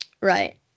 Right